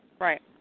Right